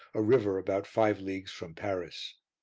a river about five leagues from paris.